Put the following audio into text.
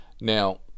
Now